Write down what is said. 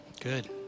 Good